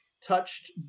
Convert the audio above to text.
touched